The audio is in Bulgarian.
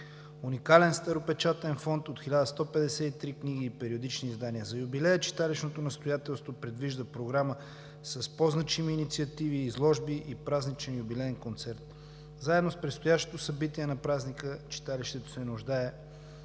уникален старопечатен фонд от 1153 книги и периодични издания. За юбилея читалищното настоятелство предвижда програма с по-значими инициативи, изложби и празничен юбилеен концерт. Заедно с предстоящото събитие на празника читалището се нуждае